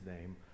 name